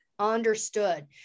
understood